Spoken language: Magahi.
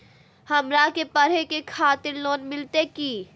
हमरा के पढ़े के खातिर लोन मिलते की?